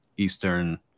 Eastern